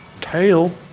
Tail